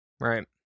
Right